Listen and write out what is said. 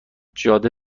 جاده